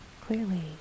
clearly